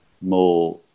more